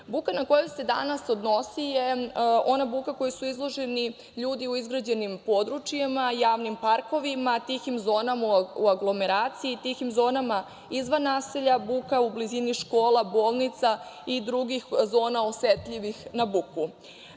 buke. Buka na koju se danas odnosi je ona buka kojoj su izloženi ljudi u izgrađenim područjima, javnim parkovima, tihim zonama u aglomeraciji, tihim zonama izvan naselja, buka u blizini škola, bolnica i drugih zona osetljivih na buku. Sam